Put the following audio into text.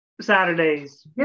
saturdays